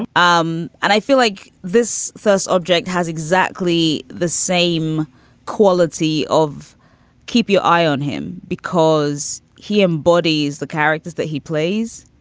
um and i feel like this first object has exactly the same quality of keep your eye on him because he embodies the characters that he plays.